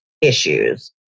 issues